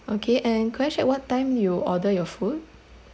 okay and could I check what time you order your food